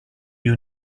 you